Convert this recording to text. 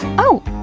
oh,